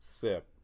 Sip